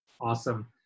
awesome